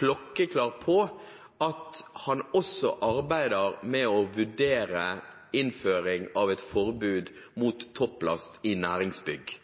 klokkeklar på at han også arbeider med å vurdere innføring av et forbud mot topplast i næringsbygg?